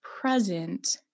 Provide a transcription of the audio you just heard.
present